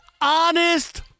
honest